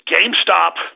GameStop